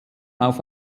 auf